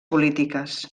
polítiques